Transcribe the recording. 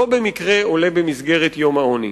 לא במקרה הנושא הזה עולה במסגרת יום העוני.